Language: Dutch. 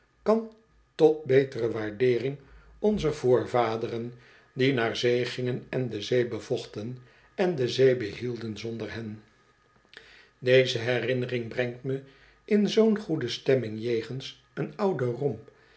kan tot betere waardeering onzer voorvaderen die naar zee gingen en de zee bevochten en de zee behielden zonder hen deze herinnering brengt me in zoo'n goede stemming jegens een ouden romp